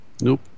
Nope